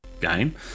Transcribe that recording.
game